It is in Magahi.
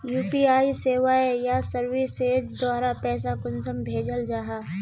यु.पी.आई सेवाएँ या सर्विसेज द्वारा पैसा कुंसम भेजाल जाहा?